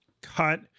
cut